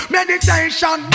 Meditation